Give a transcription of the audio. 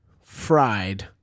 fried